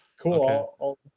Cool